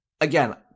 Again